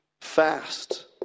Fast